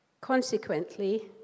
Consequently